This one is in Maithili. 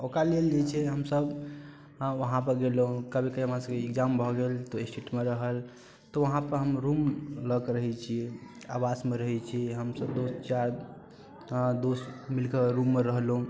ओकरा लेल जे छै हमसब वहाँ पर गेलहुँ कभी कभी हमरा सबके इग्जाम भऽ गेल तऽ ओ स्टेटमे रहल तऽ वहाँ पर हम रूम लऽ के रहैत छियै आवासमे रहैत छी हमसब दोस चार दोस्त मिलकर रूममे रहलहुँ